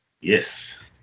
Yes